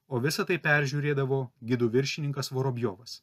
o visa tai peržiūrėdavo gidų viršininkas vorobjovas